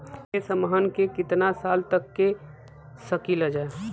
निवेश हमहन के कितना साल तक के सकीलाजा?